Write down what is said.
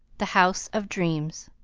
the house of dreams